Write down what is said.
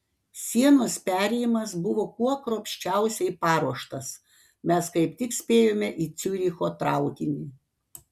sienos perėjimas buvo kuo kruopščiausiai paruoštas mes kaip tik spėjome į ciuricho traukinį